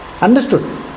Understood